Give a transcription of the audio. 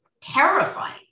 terrifying